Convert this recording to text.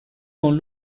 con